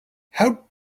how